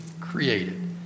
created